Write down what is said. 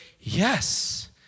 yes